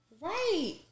Right